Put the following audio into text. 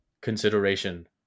consideration